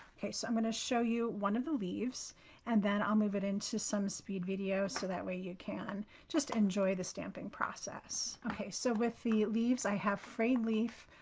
ok, so i'm going to show you one of the leaves and then i'll move it into some speed video. so that way you can just enjoy the stamping process. ok. so with the leaves, i have frayed leaf,